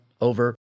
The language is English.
over